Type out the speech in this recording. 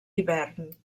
hivern